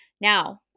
Now